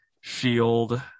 Shield